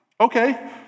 Okay